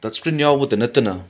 touch screen ꯌꯥꯎꯕꯇ ꯅꯠꯇꯅ